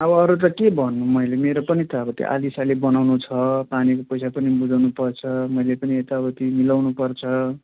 अब अरू त के भन्नु मैले मेरो पनि त त्यो आलीसाली बनाउनु छ पानीको पैसा पनि बुझाउनु पर्छ मैले पनि यता उति मिलाउनु पर्छ